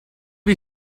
you